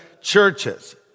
churches